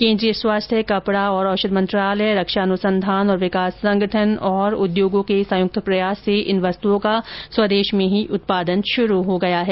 केन्द्रीय स्वास्थ्य कपड़ा और औषध मंत्रालय रक्षा अनुसंधान और विकास संगठन और उद्योगों के संयुक्त प्रयास से इन वस्तुओं का स्वदेश में ही उत्पादन शुरू हो गया है